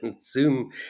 Zoom